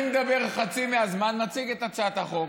אני מדבר חצי מהזמן, מציג את הצעת החוק.